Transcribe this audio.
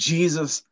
Jesus